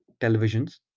televisions